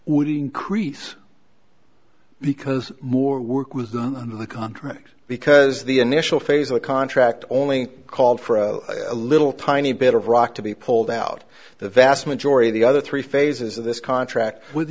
would increase because more work was done on the contract because the initial phase of the contract only called for a little tiny bit of rock to be pulled out the vast majority of the other three phases of this contract with